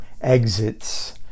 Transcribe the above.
exits